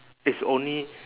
it's only